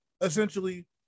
essentially